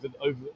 over